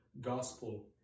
gospel